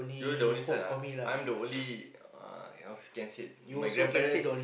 you're the only son ah I'm the only uh how can say my grandparents